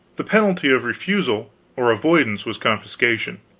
the penalty of refusal or avoidance was confiscation.